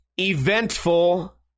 eventful